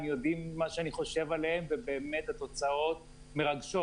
הם יודעים מה שאני חושב עליהם ובאמת התוצאות מרגשות,